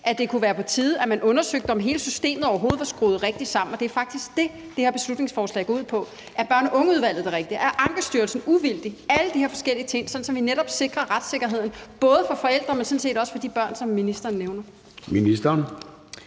at det kunne være på tide, at man undersøgte, om hele systemet overhovedet var skruet rigtigt sammen? Det er faktisk det, det her beslutningsforslag går ud på. Er børn og unge-udvalget det rigtige? Er Ankestyrelsen uvildig? Det er alle de her forskellige ting, det handler om, sådan at vi netop sikrer retssikkerheden både for forældre, men sådan set også for de børn, som ministeren nævner.